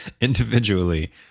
Individually